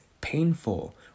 painful